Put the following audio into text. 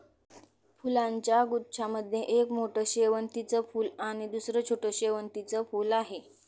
फुलांच्या गुच्छा मध्ये एक मोठं शेवंतीचं फूल आणि दुसर छोटं शेवंतीचं फुल आहे